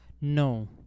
No